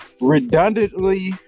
redundantly